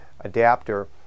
adapter